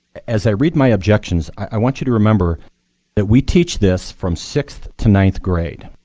as i read my objections, i want you to remember that we teach this from sixth to ninth grade,